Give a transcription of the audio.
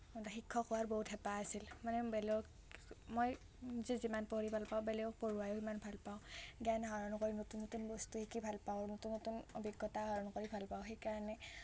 শিক্ষক হোৱাৰ বহুত হেঁপাহ আছিল মানে বেলেগক মই নিজে যিমান পঢ়ি ভাল পাওঁ বেলেগক পঢ়োৱাইয়ো ইমান ভাল পাওঁ জ্ঞান আহৰণ কৰি নতুন নতুন বস্তু শিকি ভাল পাওঁ নতুন নতুন অভিজ্ঞতা আহৰণ কৰি ভাল পাওঁ সেইকাৰণে